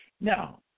Now